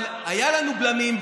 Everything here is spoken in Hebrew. אבל היו לנו בלמים,